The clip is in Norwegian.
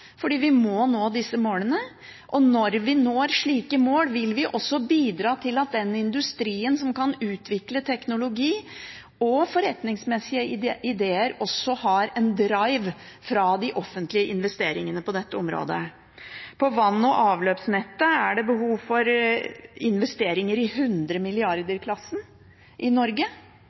disse målene. Når vi når slike mål, vil vi også bidra til at den industrien som kan utvikle teknologi og forretningsmessige ideer, også har en drive fra de offentlige investeringene på dette området. På vann- og avløpsnettet er det behov for investeringer i